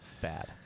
bad